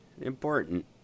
important